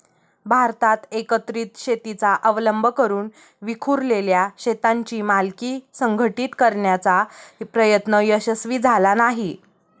भारतात एकत्रित शेतीचा अवलंब करून विखुरलेल्या शेतांची मालकी संघटित करण्याचा प्रयत्न यशस्वी झाला नाही